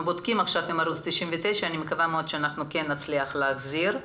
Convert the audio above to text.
בודקים עכשיו ואני מקווה מאוד שכן נצליח להחזיר אותן.